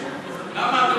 למה,